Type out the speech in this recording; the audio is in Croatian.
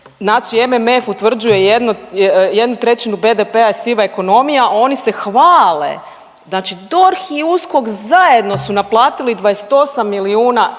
Znači MMF utvrđuje, 1/3 BDP-a je siva ekonomija, a oni se hvale, znači DORH i USKOK zajedno su naplatili 28 milijuna eura,